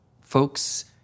folks